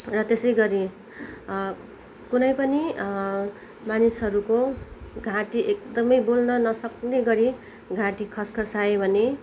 र त्यसै गरी कुनै पनि मानिसहरूको घाँटी एकदमै बोल्न नसक्ने गरी घाँटी खस्खसायो भने